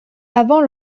avant